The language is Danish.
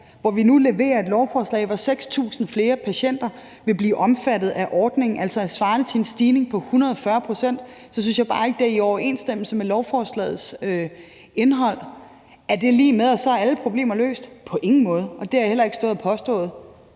at vi nu leverer et lovforslag, hvor 6.000 flere patienter vil blive omfattet af ordningen, altså svarende til en stigning på 140 pct., så synes jeg bare ikke, at det er i overensstemmelse med lovforslagets indhold. Er det så lig med, at alle problemer er løst? På ingen måde, og det har jeg heller ikke stået og påstået.